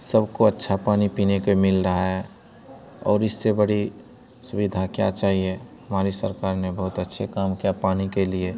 सबको अच्छा पानी पीने को मिल रहा है और इससे बड़ी सुविधा क्या चाहिए हमारी सरकार ने बहुत अच्छा काम किया पानी के लिए